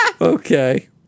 Okay